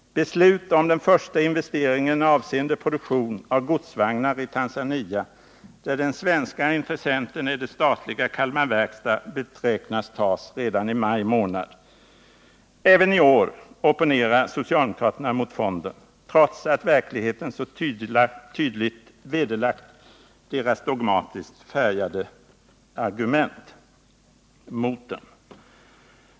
Beslut om den första investeringen, avseende produktion av godsvagnar i Tanzania, där den svenska intressenten är det statliga Kalmar Verkstad, beräknas bli fattat redan i maj månad. Även i år opponerar socialdemokraterna mot fonden, trots att verkligheten så tydligt vederlagt deras dogmatiskt färgade argument mot den.